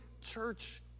church